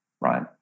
right